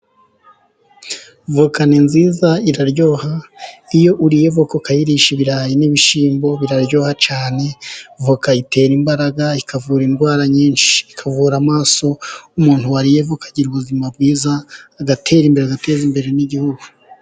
Avoka ni nziza iraryoha, iyo uriye avoka ukayirisha ibirayi n'ibishyimbo biraryoha cyane, avoka itera imbaraga, ikavura indwara nyinshi, ikavura amaso, umuntu wariye avoka agira ubuzima bwiza, agatera imbere agateza imbere n'igihugu.